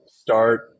start